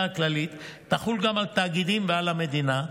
הכללית תחול גם על תאגידים ועל המדינה,